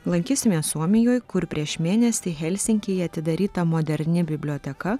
lankysimės suomijoj kur prieš mėnesį helsinkyje atidaryta moderni biblioteka